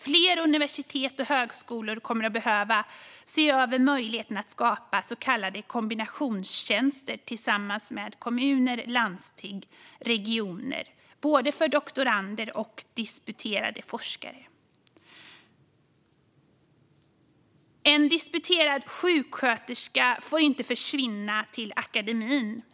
Fler universitet och högskolor kommer att behöva se över möjligheten att skapa så kallade kombinationstjänster tillsammans med kommuner, landsting och regioner både för doktorander och disputerade forskare. En disputerad sjuksköterska får inte försvinna till akademin.